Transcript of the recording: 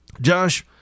Josh